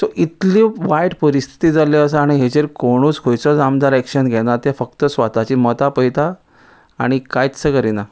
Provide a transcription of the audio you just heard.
so इतल्यो वायट परिस्थिती जाल्ल्यो आसा आनी हेचेर कोणूच खंयचोच आमदार एक्शन घेना ते फक्त स्वताची मतां पळयता आनी कांयच करिना